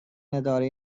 نداره